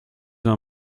suis